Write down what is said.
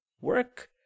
Work